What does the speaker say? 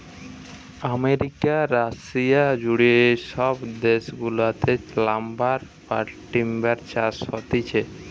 America, Russia জুড়ে সব দেশ গুলাতে লাম্বার বা টিম্বার চাষ হতিছে